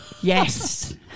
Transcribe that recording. Yes